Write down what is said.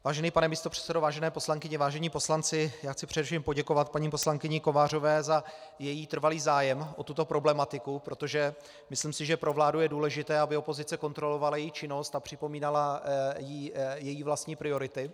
Vážený pane místopředsedo, vážené poslankyně, vážení poslanci, chci především poděkovat paní poslankyni Kovářové za její trvalý zájem o tuto problematiku, protože si myslím, že pro vládu je důležité, aby opozice kontrolovala její činnost a připomínala jí její vlastní priority.